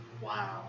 Wow